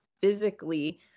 physically